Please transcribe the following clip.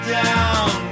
down